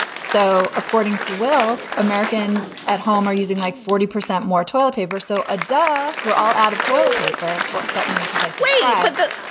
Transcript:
so according to well, americans at home are using like forty percent more toilet paper. so. adar we're all out of toilet paper. well, except me because i say yeah but that